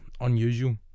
unusual